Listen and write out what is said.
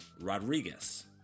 Rodriguez